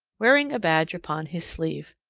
wearing a badge upon his sleeve.